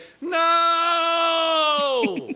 no